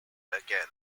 again